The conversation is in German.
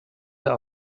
der